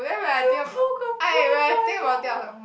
you broke a poor boy's heart